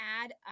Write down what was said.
add